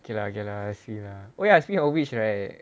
K lah K lah see lah oh ya speaking of which right